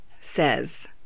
says